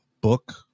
book